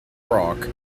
rock